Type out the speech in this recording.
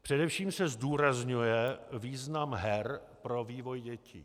Především se zdůrazňuje význam her pro vývoj dětí.